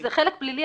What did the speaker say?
-- זה חלק פלילי,